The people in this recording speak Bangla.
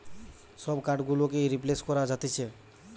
সব কার্ড গুলোকেই রিপ্লেস করা যাতিছে